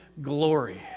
glory